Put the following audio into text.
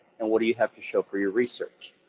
and what do you have to show for your research?